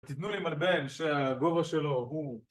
תתנו לי מלבן שהגובה שלו הוא...